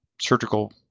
surgical